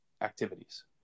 activities